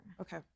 Okay